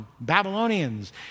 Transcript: Babylonians